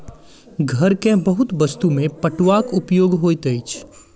घर के बहुत वस्तु में पटुआक उपयोग होइत अछि